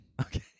Okay